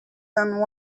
than